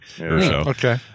Okay